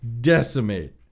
decimate